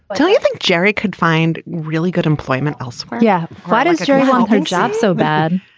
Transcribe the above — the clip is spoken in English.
but you think jerry could find really good employment elsewhere. yeah right. jerry wants her job so bad.